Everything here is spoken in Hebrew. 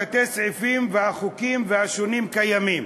תתי-הסעיפים והחוקים השונים קיימים,